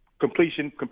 Completion